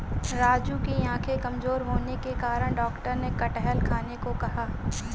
राजू की आंखें कमजोर होने के कारण डॉक्टर ने कटहल खाने को कहा